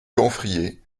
camphrier